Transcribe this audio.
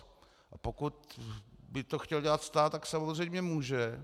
A pokud by to chtěl dělat stát, tak samozřejmě může.